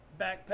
backpack